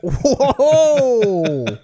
Whoa